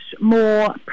more